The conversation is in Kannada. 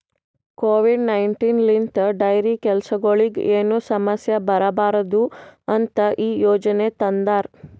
ಕೋವಿಡ್ ನೈನ್ಟೀನ್ ಲಿಂತ್ ಡೈರಿ ಕೆಲಸಗೊಳಿಗ್ ಏನು ಸಮಸ್ಯ ಬರಬಾರದು ಅಂತ್ ಈ ಯೋಜನೆ ತಂದಾರ್